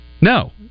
no